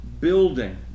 building